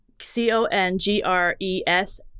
C-O-N-G-R-E-S